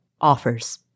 offers